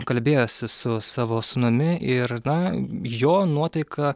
kalbėjosi su savo sūnumi ir na jo nuotaika